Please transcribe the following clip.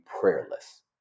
prayerless